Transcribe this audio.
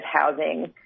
housing